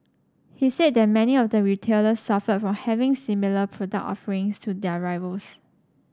he said that many of the retailers suffered from having similar product offerings to their rivals